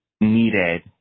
needed